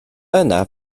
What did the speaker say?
yna